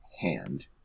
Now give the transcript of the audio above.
hand